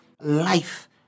life